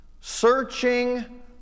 searching